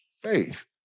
faith